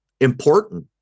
important